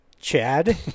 Chad